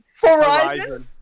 Horizon